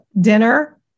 dinner